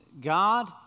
God